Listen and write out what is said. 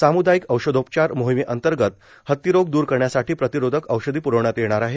साम्दायिक औषधोपचार मोहिमेअंतर्गत हतीरोग द्र करण्यासाठी प्रतिरोधक औषधी प्रवण्यात येणार आहे